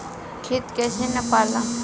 खेत कैसे नपाला?